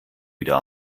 wieder